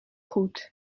goed